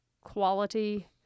quality